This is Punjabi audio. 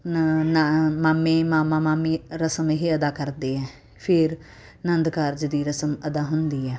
ਨਾਲ ਨਾਲ ਮਾਮੀ ਮਾਮਾ ਮਾਮੀ ਰਸਮ ਇਹ ਅਦਾ ਕਰਦੇ ਹੈ ਫਿਰ ਆਨੰਦ ਕਾਰਜ ਦੀ ਰਸਮ ਅਦਾ ਹੁੰਦੀ ਹੈ